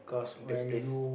the place